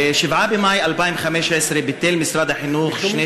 ב-7 במאי 2015 ביטל משרד החינוך שני